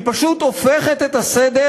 היא פשוט הופכת את הסדר,